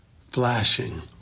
flashing